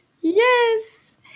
yes